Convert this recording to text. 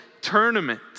tournament